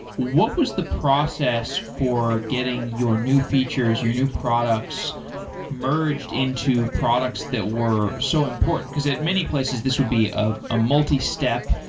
what was the process for getting your new features, your new products merged into products that were so important, because at many places this would be a ah multi-step,